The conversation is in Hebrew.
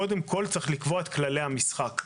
קודם צריך לקבוע את כללי המשחק,